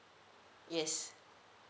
yes